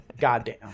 goddamn